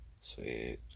sweet